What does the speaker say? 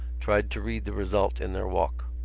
tried to read the result in their walk.